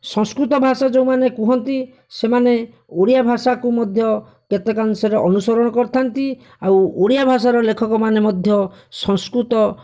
ସଂସ୍କୃତ ଭାଷା ଯେଉଁମାନେ କୁହନ୍ତି ସେମାନେ ଓଡ଼ିଆ ଭାଷାକୁ ମଧ୍ୟ କେତେକାଂଶରେ ଅନୁସରଣ କରିଥାନ୍ତି ଆଉ ଓଡ଼ିଆ ଭାଷାର ଲେଖକମାନେ ମଧ୍ୟ ସଂସ୍କୃତ